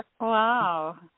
Wow